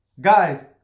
Guys